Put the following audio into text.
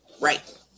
Right